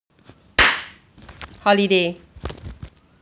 holiday